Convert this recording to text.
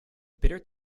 bitter